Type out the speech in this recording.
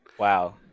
wow